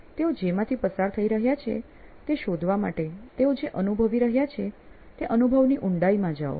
તેઓ જેમાંથી પસાર થઈ રહ્યા છે તે શોધવા માટે તેઓ જે અનુભવી રહ્યાં છે તે અનુભવની ઊંડાઈમાં જાઓ